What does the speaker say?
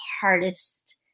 hardest